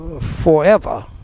forever